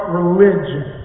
religion